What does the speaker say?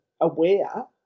aware